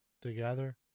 together